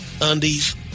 Undies